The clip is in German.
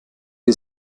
wie